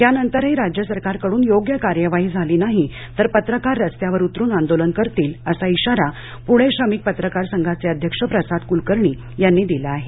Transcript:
त्यानंतरही राज्य सरकारकडून योग्य कार्यवाही झाली नाही तर पत्रकार रस्त्यावर उतरून आंदोलन करतील असा इशारा प्णे श्रमिक पत्रकार संघाचे अध्यक्ष प्रसाद कूलकर्णी यांनी दिला आहे